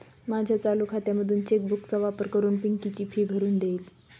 माझ्या चालू खात्यामधून चेक बुक चा वापर करून पिंकी ची फी भरून देईल